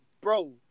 bro